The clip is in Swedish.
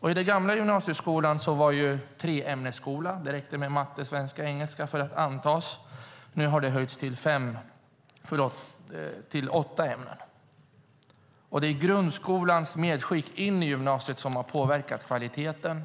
Den gamla gymnasieskolan var en treämnesskola. Det räckte med matte, svenska och engelska för att antas. Nu har det höjts till åtta ämnen. Det är grundskolans medskick in i gymnasiet som har påverkat kvaliteten.